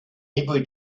every